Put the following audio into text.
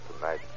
tonight